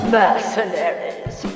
mercenaries